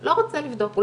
לא רוצה לבדוק,